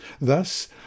Thus